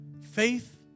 Faith